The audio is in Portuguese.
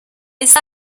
está